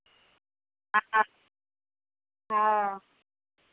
हँ हँ